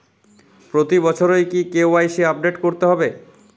প্রতি বছরই কি কে.ওয়াই.সি আপডেট করতে হবে?